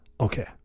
okay